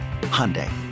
Hyundai